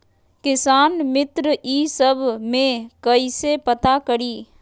किसान मित्र ई सब मे कईसे पता करी?